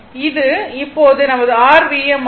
இது இப்போது நமது r Vm ஆகும்